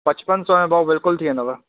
पचपन सौ में भाउ बिल्कुलु थी वेंदुव